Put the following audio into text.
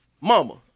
Mama